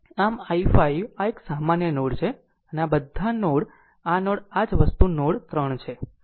આમ i5 આ એક સામાન્ય નોડ છે આ આ બધા નોડ આ નોડ આ જ વસ્તુ નોડ 3 છે